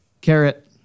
Carrot